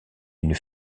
une